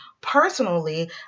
personally